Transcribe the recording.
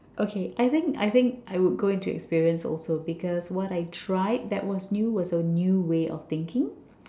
okay I think I think I would go into experience also because what I tried that was new was a new way of thinking